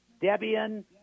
Debian